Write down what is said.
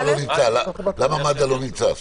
למה מד"א לא נמצא?